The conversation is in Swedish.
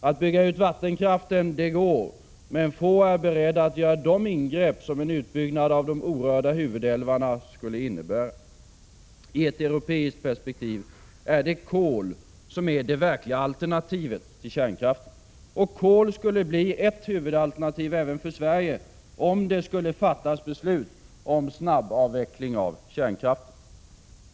Att bygga ut vattenkraften går, men få är beredda att göra de ingrepp som en utbyggnad av de orörda huvudälvarna skulle innebära. I ett europeiskt perspektiv är det kol som är det verkliga alternativet till kärnkraften. Och kol skulle bli ett huvudalternativ även för Sverige om det skulle fattas beslut om snabbavveckling av kärnkraften.